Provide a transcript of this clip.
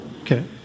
Okay